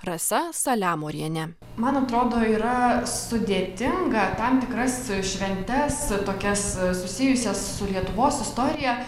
rasa saliamoriene man atrodo yra sudėtinga tam tikras šventes tokias susijusias su lietuvos istorija